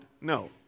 No